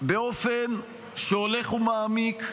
באופן שהולך ומעמיק,